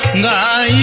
nine